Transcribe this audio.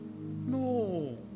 no